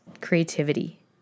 creativity